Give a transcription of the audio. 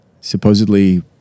supposedly